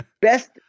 best